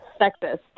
Sexist